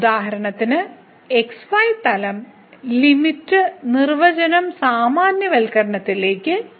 ഉദാഹരണത്തിന് xy തലം limit നിർവചനം സാമാന്യവൽക്കരണത്തിനായി കൊണ്ടുപോകും